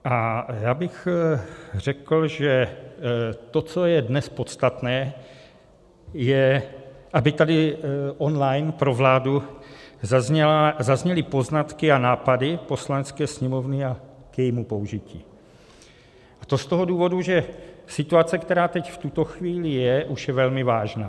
A já bych řekl, že to, co je dnes podstatné, je, aby tady online pro vládu zazněly poznatky a nápady Poslanecké sněmovny k jejímu použití, a to z toho důvodu, že situace, která teď v tuto chvíli je, už je velmi vážná.